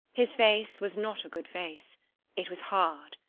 his face was not a good face it was hard,